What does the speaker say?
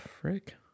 frick